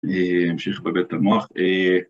‫אני אמשיך לבלבל את המוח.